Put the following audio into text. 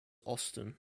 austin